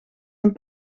een